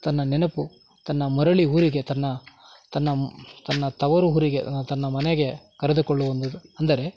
ತನ್ನ ನೆನಪು ತನ್ನ ಮರಳಿ ಊರಿಗೆ ತನ್ನ ತನ್ನ ತನ್ನ ತವರು ಊರಿಗೆ ತನ್ನ ಮನೆಗೆ ಕರೆದುಕೊಳ್ಳುವ ಒಂದು ಅಂದರೆ